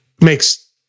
Makes